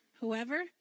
whoever